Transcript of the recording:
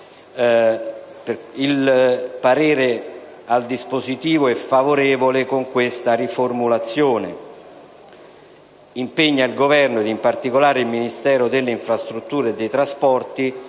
il parere è favorevole con la seguente riformulazione: «impegna il Governo ed in particolare il Ministero delle infrastrutture e dei trasporti